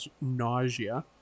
nausea